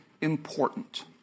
important